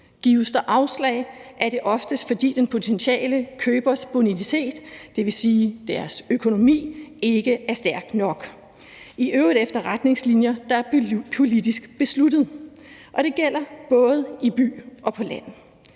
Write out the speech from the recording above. Gives der afslag, er det oftest, fordi den potentielle købers bonitet, dvs. vedkommendes økonomi, ikke er stærk nok. Det er i øvrigt efter retningslinjer, der er politisk besluttet, og det gælder både i by og på land.